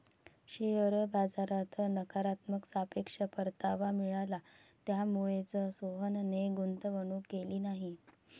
share बाजारात नकारात्मक सापेक्ष परतावा मिळाला, त्यामुळेच सोहनने गुंतवणूक केली नाही